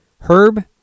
Herb